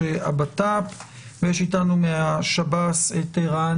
גופי הממשלה במקרה הזה גם הרשות השופטת להצעה,